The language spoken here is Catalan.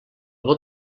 vot